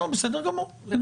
בסדר גמור.